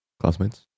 classmates